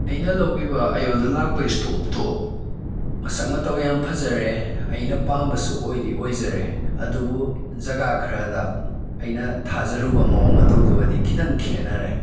ꯑꯩꯅ ꯂꯧꯈꯤꯕ ꯑꯩꯉꯣꯟꯗ ꯂꯥꯛꯄ ꯏꯁꯇꯣꯛꯇꯣ ꯃꯁꯛ ꯃꯇꯧ ꯌꯥꯝ ꯐꯖꯔꯦ ꯑꯩꯅ ꯄꯥꯝꯕꯁꯨ ꯑꯣꯏꯗꯤ ꯑꯣꯏꯖꯔꯦ ꯑꯗꯨꯕꯨ ꯖꯒꯥ ꯈꯔꯗ ꯑꯩꯅ ꯊꯥꯖꯔꯨꯕ ꯃꯑꯣꯡ ꯃꯇꯧꯗꯨꯒꯗꯤ ꯈꯤꯇꯪ ꯈꯦꯠꯅꯔꯦ